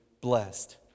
blessed